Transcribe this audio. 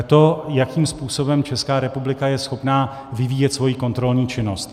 To, jakým způsobem Česká republika je schopna vyvíjet svoji kontrolní činnost.